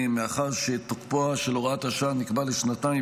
מאחר שתוקפה של הוראת השעה נקבע לשנתיים,